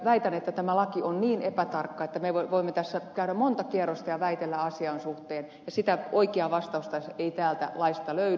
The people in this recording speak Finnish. väitän että tämä laki on niin epätarkka että me voimme tässä käydä monta kierrosta ja väitellä asian suhteen ja sitä oikeaa vastausta ei täältä laista löydy